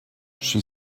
she